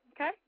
Okay